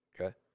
Okay